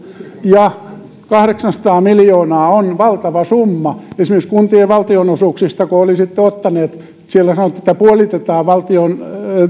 ja kahdeksansataa miljoonaa on valtava summa esimerkiksi kuntien valtionosuuksista kun olisitte ottaneet siellä sanottiin että puolitetaan